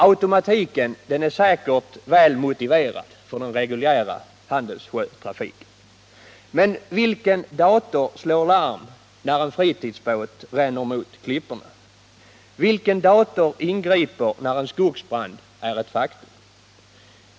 Automatiken är säkerligen väl motiverad för den reguljära handelssjötrafiken, men vilken dator slår larm när en fritidsbåt ränner mot klipporna eller ingriper när en skogsbrand är ett faktum?